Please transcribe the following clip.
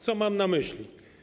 Co mam na myśli?